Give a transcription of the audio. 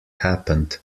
happened